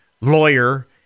lawyer